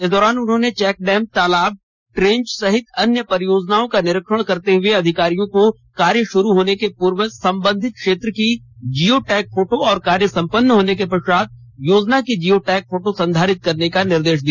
इस दौरान उन्होंने चेक डैम तालाब ट्रेंच कम बंड सहित अन्य परियोजनाओं का निरीक्षण करते हए अधिकारियों को कार्य शुरू होने के पूर्व संबंधित क्षेत्र की जियो टैग फोटो और कार्य संपन्न होने के पश्चात योजना की जियो टैग फोटो संधारित करने का निर्देश दिया